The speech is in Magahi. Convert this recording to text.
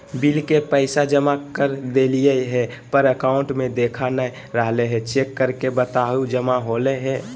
बिल के पैसा जमा कर देलियाय है पर अकाउंट में देखा नय रहले है, चेक करके बताहो जमा होले है?